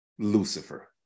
Lucifer